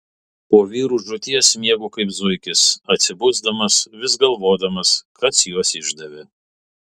po vyrų žūties miegu kaip zuikis atsibusdamas vis galvodamas kas juos išdavė